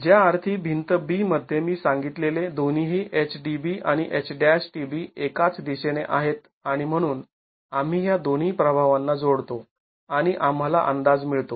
ज्या अर्थी भिंत B मध्ये मी सांगितलेले दोन्हीही H DB आणि H'tB एकाच दिशेने आहेत आणि म्हणून आम्ही ह्या दोन्ही प्रभावांना जोडतो आणि आम्हाला अंदाज मिळतो